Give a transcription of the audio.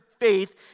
faith